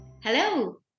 Hello